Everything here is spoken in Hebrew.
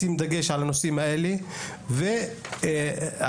לשים דגש על הנושאים האלה בכל המשרדים הממשלתיים